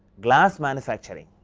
glass manufacturing,